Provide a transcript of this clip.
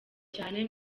cyane